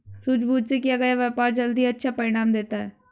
सूझबूझ से किया गया व्यापार जल्द ही अच्छा परिणाम देता है